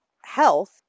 health